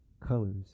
colors